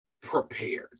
prepared